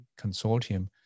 Consortium